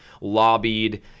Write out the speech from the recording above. lobbied